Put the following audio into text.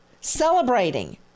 Celebrating